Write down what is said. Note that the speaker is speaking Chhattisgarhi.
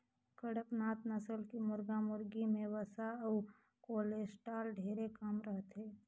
कड़कनाथ नसल के मुरगा मुरगी में वसा अउ कोलेस्टाल ढेरे कम रहथे